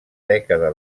dècada